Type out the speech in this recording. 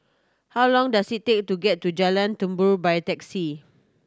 how long does it take to get to Jalan Tambur by taxi